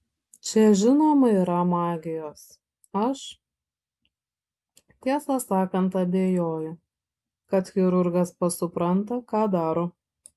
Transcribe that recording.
čia žinoma yra magijos aš tiesą sakant abejoju kad chirurgas pats supranta ką daro